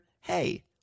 hey